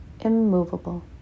immovable